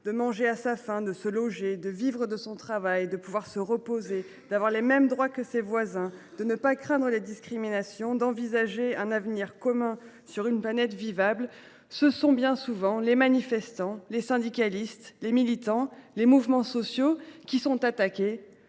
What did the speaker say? de manger à sa faim, de se loger, de vivre de son travail, de se reposer, d’avoir les mêmes droits que ses voisins, de ne pas craindre les discriminations, d’envisager un avenir commun sur une planète vivable –, ce sont bien souvent les manifestants, les syndicalistes, les militants, les mouvements sociaux qui sont attaqués.